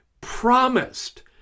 promised